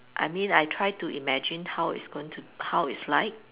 I mean I try to imagine how it's going to how it's like